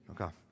Okay